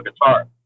guitar